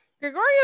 Gregorio